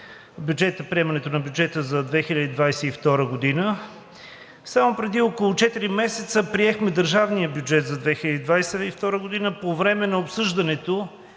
приемането на бюджета за 2022 г. Само преди около четири месеца приехме държавния бюджет за 2022 г. По време на обсъждането